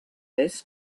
this